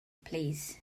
plîs